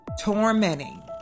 tormenting